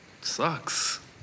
sucks